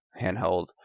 handheld